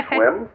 swim